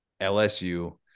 LSU